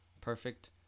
perfect